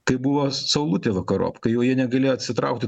kai buvo saulutė vakarop kai jau jie negalėjo atsitraukti